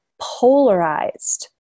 polarized